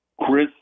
Chris